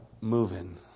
moving